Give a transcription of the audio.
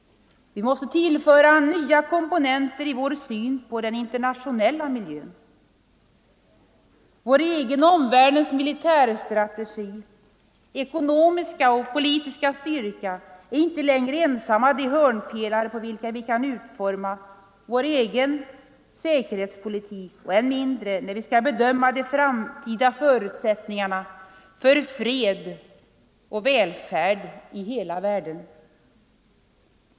Vi måste tillföra nya komponenter i vår syn på den internationella miljön. Vår egen och omvärldens militärstrategi, ekonomiska och politiska styrka är inte längre ensamma de hörnpelare på vilka vi kan utforma vår egen säkerhetspolitik och ännu mindre när vi skall bedöma de framtida förutsättningarna för fred och välfärd i hela världen.